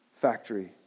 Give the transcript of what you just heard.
factory